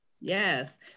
yes